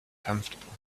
comfortable